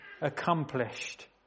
accomplished